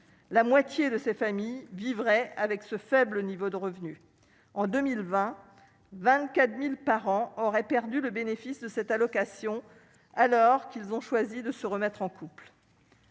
la moitié de ces familles vivraient avec ce faible niveau de revenus en 2020, 24000 par an aurait perdu le bénéfice de cette allocation, alors qu'ils ont choisi de se remettre en couple.